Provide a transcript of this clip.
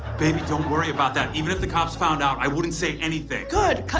baby, don't worry about that. even if the cops found out, i wouldn't say anything. good,